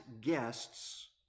guests